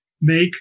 make